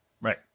Right